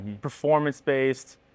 performance-based